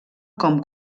com